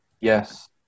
Yes